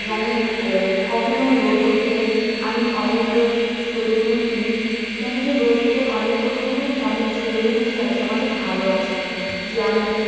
যেন কখনও রোদ উঠলে আমি অনেক ফোটোগুলো তুলি কেন যে রোদে অনেক ফটোগুলো অনেক ছবিগুলো যে আছে অনেক ভালো আসে যে আমি